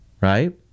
right